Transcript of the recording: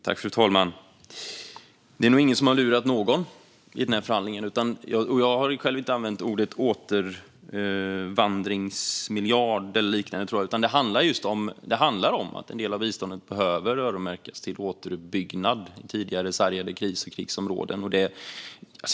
Fru talman! Det är nog ingen som har lurat någon i den här förhandlingen. Jag tror inte att jag själv har använt ordet återvandringsmiljard eller liknande. Det handlar om att en del av biståndet behöver öronmärkas för återuppbyggnad av tidigare sargade kris och krigsområden.